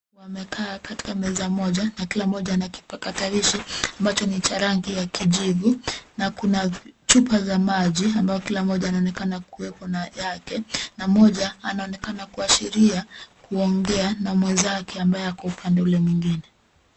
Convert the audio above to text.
Wamekaa katika meza moja na kila mmoja ana kipakatalishi ambacho ni cha rangi ya kijivu. Na kuna chupa za maji ambayo kila mmoja anaonekana kuwepo na yake. Na mmoja anaonekana kuashiria kuongea na mwenzake ambaye ako upande mwingine.